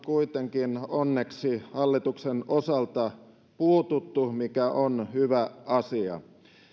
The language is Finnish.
kuitenkin onneksi hallituksen osalta puututtu mikä on hyvä asia